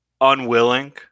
unwilling